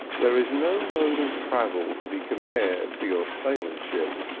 there is no mode of travel to be compared to your sailing-ship.